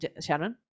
Sharon